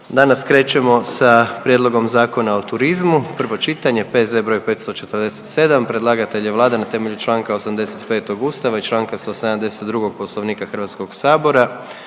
Danas krećemo sa: - Prijedlogom Zakona o turizmu, prvo čitanje, P.Z. broj 547 Predlagatelj je Vlada na temelju Članka 85. Ustava i Članka 172. Poslovnika Hrvatskog sabora.